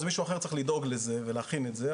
אז מישהו אחר צריך לדאוג לזה ולהכין את זה,